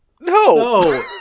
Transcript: No